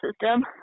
system